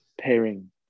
pairing